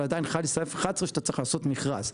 אבל עדיין חל סעיף 11 שאתה צריך לעשות מכרז.